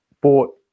bought